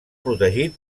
protegit